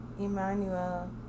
Emmanuel